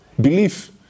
belief